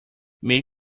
make